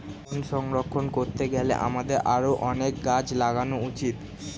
বন সংরক্ষণ করতে গেলে আমাদের আরও গাছ লাগানো উচিত